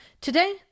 Today